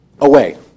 away